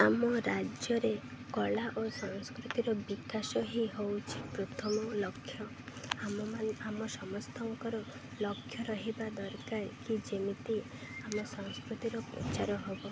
ଆମ ରାଜ୍ୟରେ କଳା ଓ ସଂସ୍କୃତିର ବିକାଶ ହିଁ ହଉଛିି ପ୍ରଥମ ଲକ୍ଷ୍ୟ ଆମ ଆମ ସମସ୍ତଙ୍କର ଲକ୍ଷ୍ୟ ରହିବା ଦରକାର କି ଯେମିତି ଆମ ସଂସ୍କୃତିର ପ୍ରଚାର ହବ